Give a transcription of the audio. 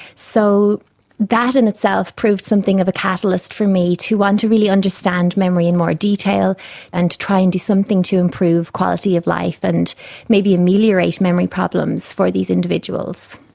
so that in itself proved something of a catalyst for me to want to really understand memory in more detail and to try and do something to improve quality of life and maybe ameliorate memory problems for these individuals.